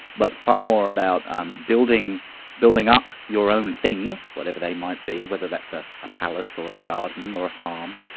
but far more about um building building up your own things, whatever they might be, whether it's ah a palace or a garden or a farm,